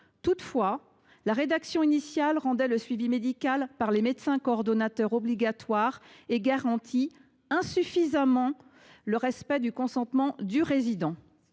Toutefois, la rédaction adoptée rend le suivi médical par les médecins coordonnateurs obligatoire et garantit insuffisamment le respect du consentement des résidents.